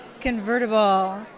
convertible